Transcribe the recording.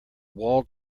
walled